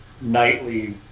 nightly